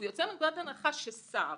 ששר,